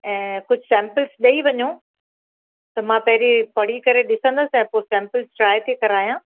ऐं कुझु सैंपल्स ॾेई वञो त मां पहिरीं पढ़ी करे ॾिसंदसि ऐं पोइ सैंपल ट्राए थी कराया